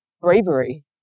bravery